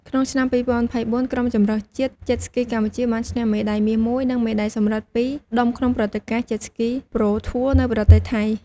ក្នុងឆ្នាំ ២០២៤ ក្រុមជម្រើសជាតិ Jet Ski កម្ពុជា បានឈ្នះ មេដាយមាសមួយ និងមេដាយសំរិទ្ធពីរដុំ ក្នុងព្រឹត្តិការណ៍ Jet Ski Pro Tour នៅប្រទេសថៃ។